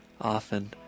often